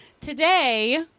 Today